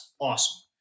awesome